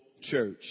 church